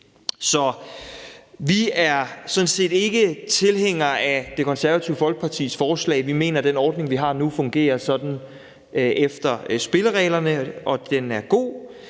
Så vi er sådan set ikke tilhængere af Det Konservative Folkepartis forslag. Vi mener, den ordning, vi har nu, fungerer sådan efter spillereglerne, og at den er god.